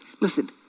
listen